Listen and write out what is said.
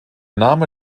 name